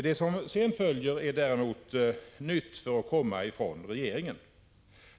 Det som sedan följer är däremot nytt för att komma från regeringen.